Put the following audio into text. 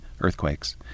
earthquakes